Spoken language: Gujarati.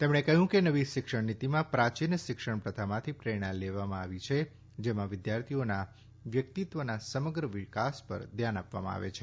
તેમણે કહયુ કે નવી શિક્ષણનીતીમાં પ્રાચીન શિક્ષણ પ્રથામાંથી પ્રેરણા લેવામાં આવી છે જેમાં વિદ્યાર્થીઓના વ્યક્તિત્વના સમગ્ર વિકાસ પર ધ્યાન આપવામાં આવે છે